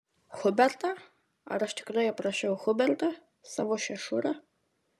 hubertą ar aš tikrai aprašiau hubertą savo šešurą